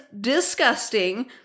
disgusting